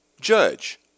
judge